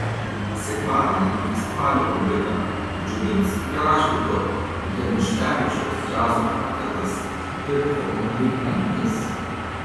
sekmadienį festivalio publiką džiugins gražvydo januškevičiaus džiazo kvartetas ir kauno bigbendas